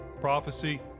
prophecy